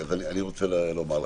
אני רוצה לומר לך,